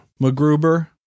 mcgruber